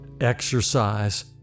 exercise